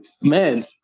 Man